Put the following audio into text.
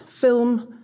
film